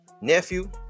nephew